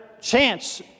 chance